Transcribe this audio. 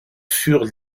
furent